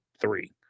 three